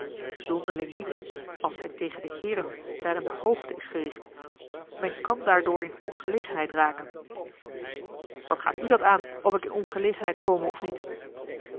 zonderling niet als zij tegen de heeren daar in de hoogte is gericht men kan daardoor in ongelegenheid raken wat gaat u dat aan of ik in ongelegenheid kome of niet